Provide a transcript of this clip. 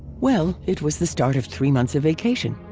well, it was the start of three months of vacation.